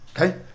Okay